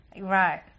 Right